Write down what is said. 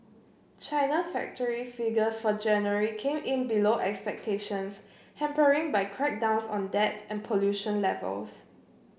China factory figures for January came in below expectations hampering by crackdowns on debt and pollution levels